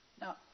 Now